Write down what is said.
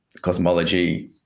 cosmology